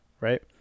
right